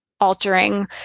altering